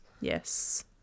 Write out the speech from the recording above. Yes